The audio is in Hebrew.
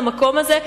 במקום הזה,